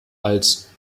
als